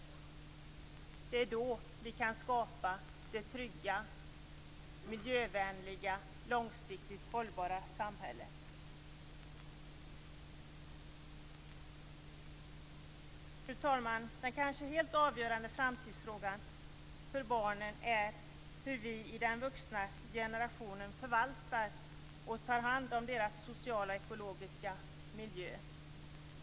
I och med detta kan man skapa det trygga, miljövänliga och långsiktigt hållbara samhället. Fru talman! Den kanske helt avgörande framtidsfrågan för barnen är hur vi i den vuxna generationen förvaltar och tar hand om deras sociala och ekologiska miljö.